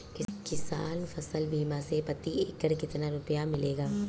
किसान फसल बीमा से प्रति एकड़ कितना रुपया मिलेगा?